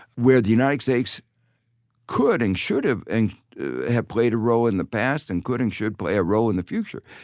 where the united states could and should and have played a role in the past, and could and should play a role in the future,